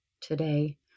today